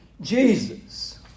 Jesus